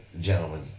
gentlemen